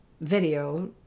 video